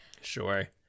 Sure